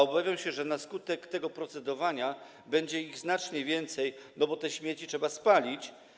Obawiam się, że na skutek tego procedowania będzie ich znacznie więcej, bo te śmieci trzeba spalić.